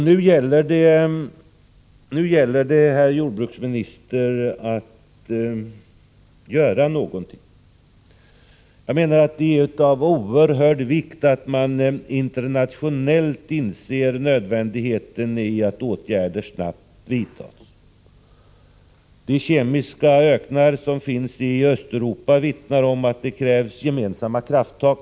Nu gäller det, herr jordbruksminister, att göra någonting. Det är av oerhörd vikt att man internationellt inser nödvändigheten av att åtgärder snabbt vidtas. De kemiska öknar som finns i Östeuropa vittnar om att det krävs gemensamma krafttag.